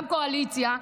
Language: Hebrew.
גם קואליציה,